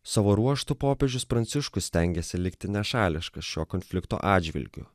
savo ruožtu popiežius pranciškus stengiasi likti nešališkas šio konflikto atžvilgiu